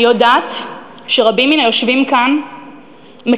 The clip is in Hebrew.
אני יודעת שרבים מן היושבים כאן מכירים